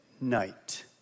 night